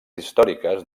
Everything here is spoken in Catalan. històriques